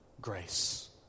grace